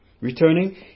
returning